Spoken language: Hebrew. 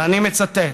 ואני מצטט: